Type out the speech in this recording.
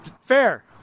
Fair